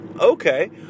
okay